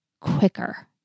quicker